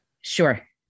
Sure